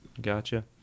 Gotcha